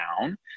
down